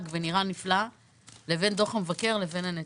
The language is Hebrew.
ונראה נפלא לבין דוח המבקר לבין הנתונים.